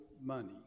money